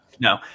No